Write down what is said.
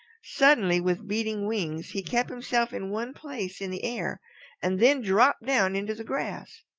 suddenly, with beating wings, he kept himself in one place in the air and then dropped down into the grass.